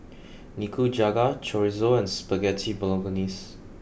Nikujaga Chorizo and Spaghetti Bolognese